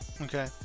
Okay